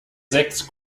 sechs